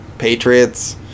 Patriots